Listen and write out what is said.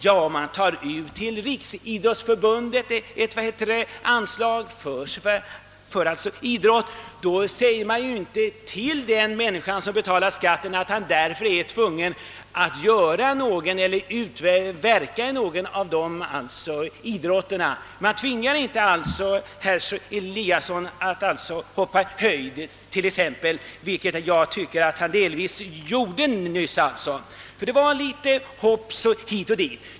Ja, man tar ut t.ex. till Riksidrottsförbundet för att stödja idrotten. Då säger man emellertid inte till den som betalar skatten att han därför är tvungen att verka inom någon idrottsgren. Man tvingar inte herr Eliasson att t.ex. hoppa höjd — vilket jag tycker att han delvis gjorde nyss.